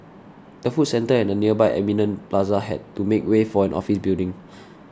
the food centre and the nearby Eminent Plaza had to make way for an office building